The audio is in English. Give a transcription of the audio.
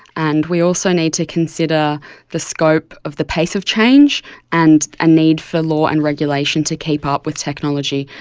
and we also need to consider the scope of the pace of change and a need for law and regulation to keep up with technology.